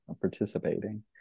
participating